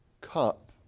cup